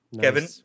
Kevin